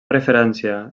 referència